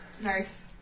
Nice